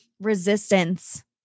resistance